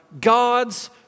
God's